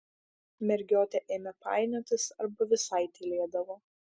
mergiotė ėmė painiotis arba visai tylėdavo